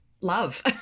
love